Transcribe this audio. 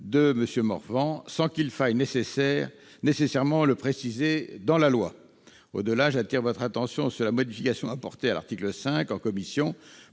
de M. Morvan, sans qu'il faille nécessairement le préciser dans la loi. Au-delà, j'attire votre attention sur la modification apportée à l'article 5 par la commission